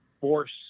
force